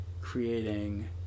creating